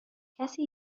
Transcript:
کسی